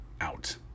out